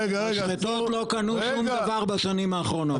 --- משחטות לא קנו שום דבר בשנים האחרונות.